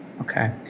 Okay